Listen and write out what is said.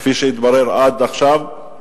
כפי שהתברר עד עכשיו.